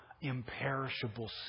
imperishable